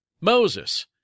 Moses